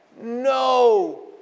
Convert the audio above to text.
no